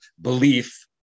belief